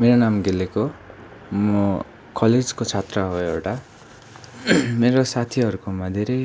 मेरो नाम विवेक हो म कलेजको छात्र हो एउटा मेरो साथीहरूकोमा धेरै